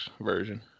version